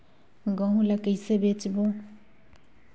गहूं ला कइसे बेचबो?